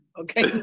Okay